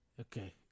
Okay